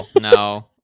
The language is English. No